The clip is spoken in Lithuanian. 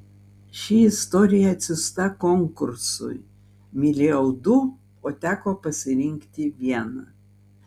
ši istorija atsiųsta konkursui mylėjau du o teko pasirinkti vieną